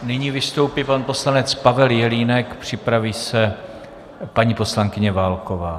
Nyní vystoupí pan poslanec Pavel Jelínek, připraví se paní poslankyně Válková.